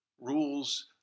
rules